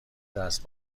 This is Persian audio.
دست